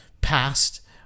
past